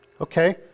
Okay